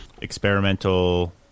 experimental